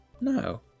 no